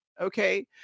Okay